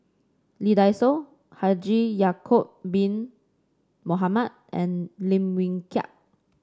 Lee Dai Soh Haji Ya'acob Bin Mohamed and Lim Wee Kiak